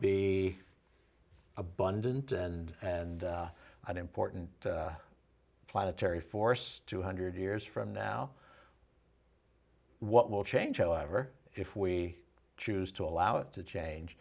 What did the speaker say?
be abundant and and an important planetary force two hundred years from now what will change however if we choose to allow it to change